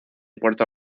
puerto